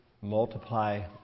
multiply